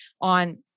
on